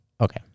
Okay